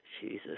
Jesus